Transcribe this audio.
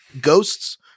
ghosts